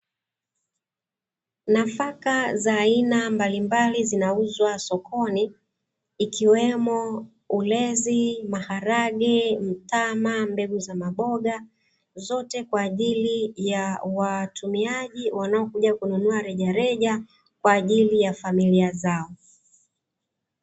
Nafaka za aina mbalimbali zinauzwa sokoni ikiwemo: ulezi, maharage, mtama, mbegu za maboga. Zote Kwa ajili ya watumiaji wanaokuja kununua rejareja kwa ajili ya familia zao.